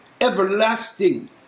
everlasting